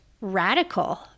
radical